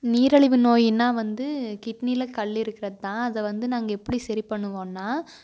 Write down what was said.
நீரழிவு நோயின்னால் வந்து கிட்னியில் கல் இருக்கிறதுதான் அதை வந்து நாங்கள் எப்படி சரி பண்ணுவோன்னால்